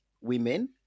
women